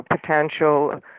potential